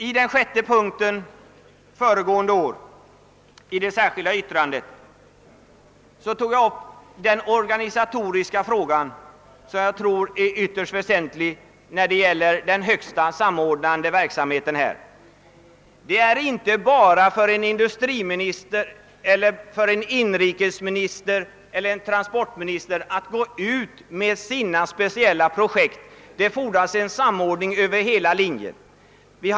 I den sjätte punkten i mitt särskilda yttrande föregående år tog jag upp den organisatoriska frågan, som jag tror är ytterst väsentlig. Det gäller den högsta samordnande verksamheten. Det räcker inte att en industriminister, en inrikesminister eller transportminister etc. går ut med sina speciella projekt, utan det fordras en samordning över hela linjen.